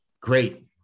Great